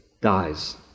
dies